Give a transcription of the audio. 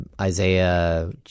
Isaiah